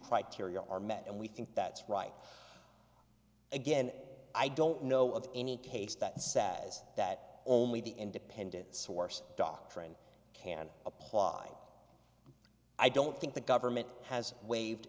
criteria are met and we think that's right again i don't know of any case that sad is that only the independent source doctrine can apply i don't think the government has waived